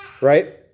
Right